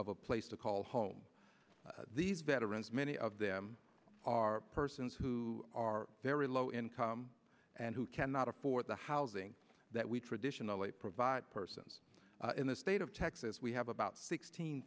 of a place to call home these veterans many of them are persons who are very low income and who cannot afford the housing that we traditionally provide persons in the state of texas we have about sixteen